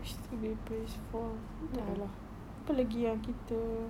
wished to be praised for entah lah apa lagi yang kita